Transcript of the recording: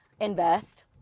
invest